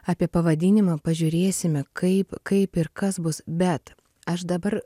apie pavadinimą pažiūrėsime kaip kaip ir kas bus bet aš dabar